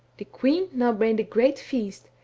the queen now made a great feast,